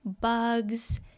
bugs